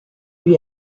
lui